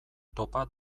topa